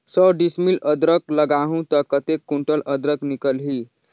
सौ डिसमिल अदरक लगाहूं ता कतेक कुंटल अदरक निकल ही?